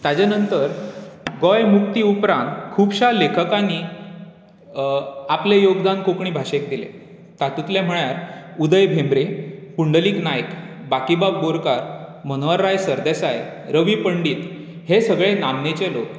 ताच्या नंतर गोंय मुक्ती उपरांत खुबश्यो लेखकांनी आपलें योगदान कोंकणी भाशेक दिलें तातूंतले म्हळ्यार उदय भेंब्रे पुंडलीक नायक बाकीबाब बोरकार मनोहरराय सरदेसाय र वी पंडीत हे सगळे नामनेचे लोक